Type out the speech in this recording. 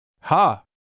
Ha